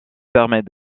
permet